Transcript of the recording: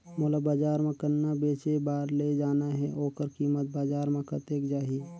मोला बजार मां गन्ना बेचे बार ले जाना हे ओकर कीमत बजार मां कतेक जाही?